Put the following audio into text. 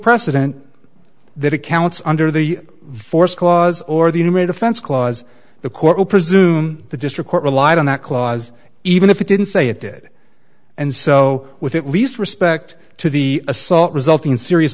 precedent that accounts under the force clause or the defense clause the court will presume the district court relied on that clause even if it didn't say it did and so with at least respect to the assault resulting in serious